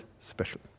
special